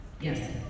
Yes